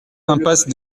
impasse